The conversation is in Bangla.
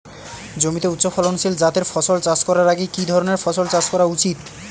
জমিতে উচ্চফলনশীল জাতের ফসল চাষ করার আগে কি ধরণের ফসল চাষ করা উচিৎ?